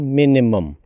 minimum